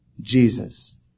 Jesus